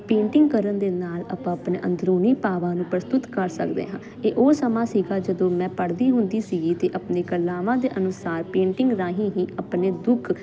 painting ਕਰਨ ਦੇ ਨਾਲ ਆਪਾਂ ਆਪਣੇ ਅੰਦਰੂਨੀ ਭਾਵਾਂ ਨੂੰ ਪ੍ਰਸਤੁਤ ਕਰ ਸਕਦੇ ਹਾਂ ਇਹ ਉਹ ਸਮਾਂ ਸੀਗਾ ਜਦੋਂ ਮੈਂ ਪੜਦੀ ਹੁੰਦੀ ਸੀਗੀ ਤੇ ਆਪਣੀ ਕਲਾਵਾਂ ਦੇ ਅਨੁਸਾਰ ਪੇਂਟਿੰਗ ਰਾਹੀਂ ਹੀ ਆਪਣੇ ਦੁੱਖ